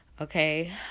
okay